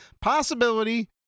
possibility